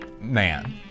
Man